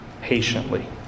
patiently